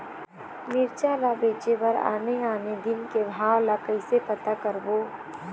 मिरचा ला बेचे बर आने आने दिन के भाव ला कइसे पता करबो?